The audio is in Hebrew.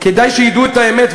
כדאי שידעו את האמת,